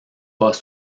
pas